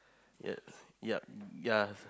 ya ya ya